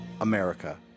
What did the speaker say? America